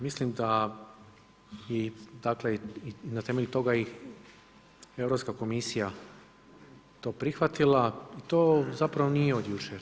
Mislim da i dakle, i na temelju toga ih Europska komisija to prihvatila i to zapravo nije od jučer.